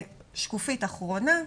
ושקופית אחרונה,